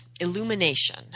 illumination